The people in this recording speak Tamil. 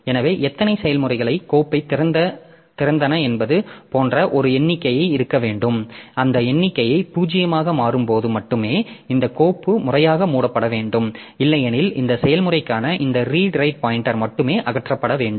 எனவே எத்தனை செயல்முறைகள் கோப்பைத் திறந்தன என்பது போன்ற ஒரு எண்ணிக்கை இருக்க வேண்டும் அந்த எண்ணிக்கை பூஜ்ஜியமாக மாறும்போது மட்டுமே இந்த கோப்பு முறையாக மூடப்பட வேண்டும் இல்லையெனில் இந்த செயல்முறைக்கான இந்த ரீட் ரைட் பாய்ன்டெர் மட்டுமே அகற்றப்பட வேண்டும்